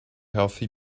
healthy